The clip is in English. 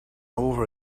over